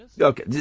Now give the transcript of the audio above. Okay